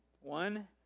One